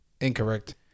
Incorrect